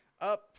up